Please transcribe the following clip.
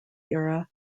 era